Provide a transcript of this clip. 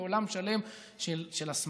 זה עולם שלם של הסמכה,